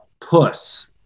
puss